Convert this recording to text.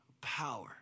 Power